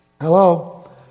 Hello